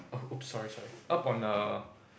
whoops sorry sorry up on the